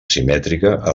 simètrica